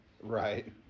Right